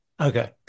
Okay